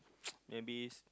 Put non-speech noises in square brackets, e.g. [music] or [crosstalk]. [noise] maybe